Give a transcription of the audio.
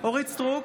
אורית מלכה סטרוק,